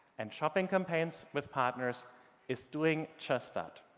and shopping campaigns with partners is doing just that.